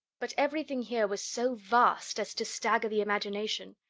but everything here was so vast as to stagger the imagination.